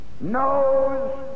knows